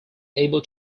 able